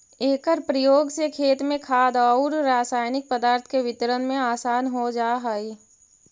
एकर प्रयोग से खेत में खाद औउर रसायनिक पदार्थ के वितरण में आसान हो जा हई